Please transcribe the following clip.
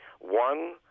one